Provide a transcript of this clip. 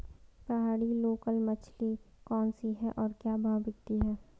पहाड़ी लोकल मछली कौन सी है और क्या भाव बिकती है?